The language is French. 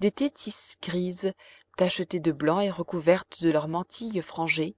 des thétys grises tachetées de blanc et recouvertes de leur mantille frangée